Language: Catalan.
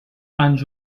ens